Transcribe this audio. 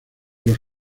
los